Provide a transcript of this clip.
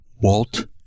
Walt